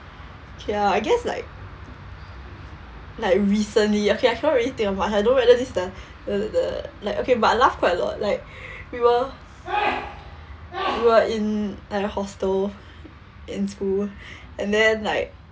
okay lah I guess like like recently okay I cannot really think of much I don't know whether this is the the the the like okay but I laughed quite a lot like we were we were in like hostel in school and then like